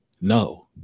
no